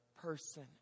person